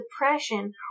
depression